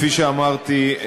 כפי שאמרתי,